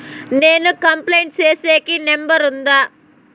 నేను కంప్లైంట్ సేసేకి నెంబర్ ఉందా?